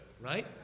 right